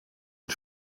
und